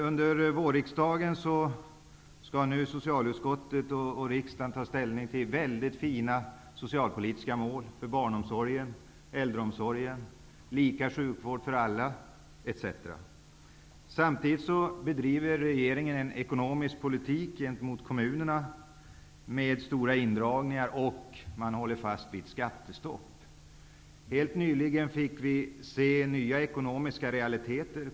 Under vårriksdagen skall socialutskottet och Riksagen ta ställning till väldigt fina socialpoli tiska mål för barnomsorgen, äldreomsorgen, lika sjukvård för alla osv. Samtidigt bedriver rege ringen en ekonomisk politik gentemot kommu nerna som innebär stora indragningar och fortsatt skattestopp. Helt nyligen fick vi se helt nya eko nomiska realiteter.